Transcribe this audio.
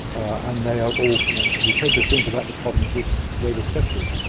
and they are all connected. we tend to think about the problems as if they were separate,